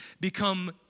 become